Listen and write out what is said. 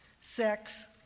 Sex